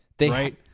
right